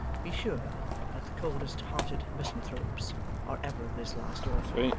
be sure that the coldest-hearted misanthropes are ever of this last order.